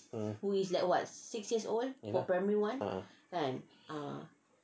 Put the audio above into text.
ah